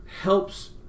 helps